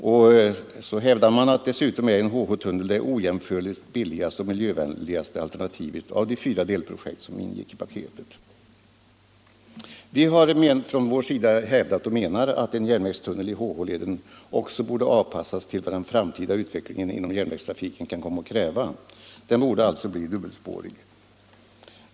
Dessutom är, hävdar man, en HH-tunnel det ojämförligt billigaste och miljövänligaste alternativet av de fyra delprojekt som ingick i paketet. Vi hävdar från vår sida att en järnvägstunnel i HH-leden också borde avpassas till vad den framtida utvecklingen inom järnvägstrafiken kan komma att kräva. Den borde alltså bli dubbelspårig.